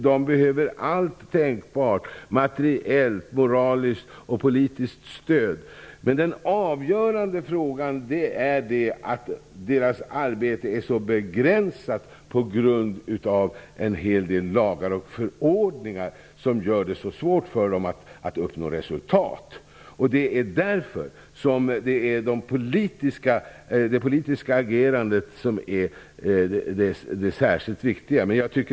De behöver allt tänkbart materiel och moraliskt och politiskt stöd. Det avgörande är att deras arbete är så begränsat på grund av en hel del lagar och förordningar som gör det så svårt för dem att uppnå resultat. Därför är det politiska agerandet särskilt viktigt.